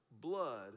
blood